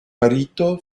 marito